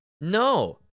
No